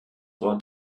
wort